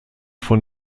von